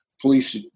police